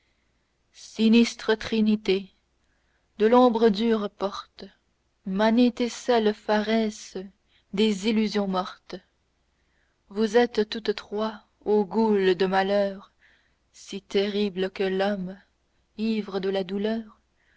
sinistre trinité de l'ombre dures portes mané-thécel-pharès des illusions mortes vous êtes toutes trois ô goules de malheur si terribles que l'homme ivre de la douleur